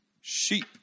sheep